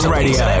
Radio